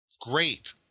Great